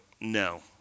no